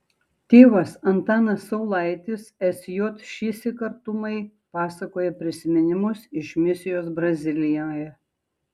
tėvas antanas saulaitis sj šįsyk artumai pasakoja prisiminimus iš misijos brazilijoje